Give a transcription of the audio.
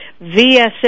VSA